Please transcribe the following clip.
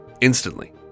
instantly